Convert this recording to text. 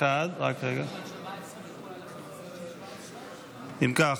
17. אם כך,